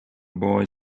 boy